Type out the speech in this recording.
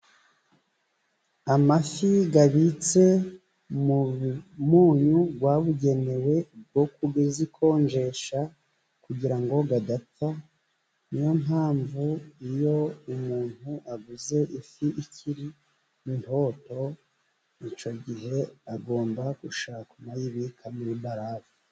Amafi abitse mu munyu wabugenewe wo ku zikonjesha kugira ngo adapfa. Niyo mpamvu iyo umuntu aguze ifi ikiri nto, icyo gihe agomba gushaka uko ayibika muri mbarafu.